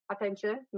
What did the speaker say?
attention